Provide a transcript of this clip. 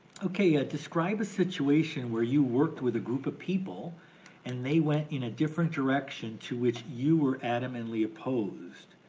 ah describe a situation where you worked with a group of people and they went in a different direction to which you were adamantly opposed.